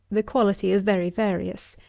the quality is very various.